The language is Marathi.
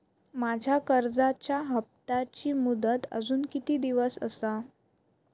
माझ्या कर्जाचा हप्ताची मुदत अजून किती दिवस असा?